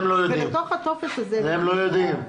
את זה הם לא יודעים.